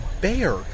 bear